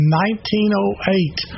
1908